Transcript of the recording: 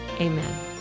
amen